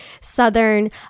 southern